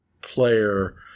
player